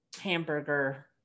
hamburger